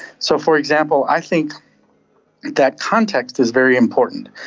so, for example, i think that context is very important.